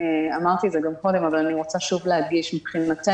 אמרתי גם קודם אבל אני רוצה שוב להדגיש שמבחינתנו